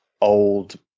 old